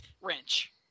wrench